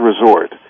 resort